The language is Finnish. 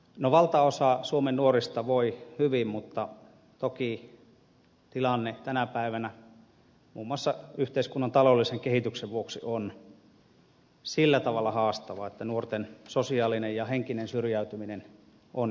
no valtaosa suomen nuorista voi hyvin mutta toki tilanne tänä päivänä muun muassa yhteiskunnan taloudellisen kehityksen vuoksi on sillä tavalla haastava että nuorten sosiaalinen ja henkinen syrjäytyminen on iso vakava kysymys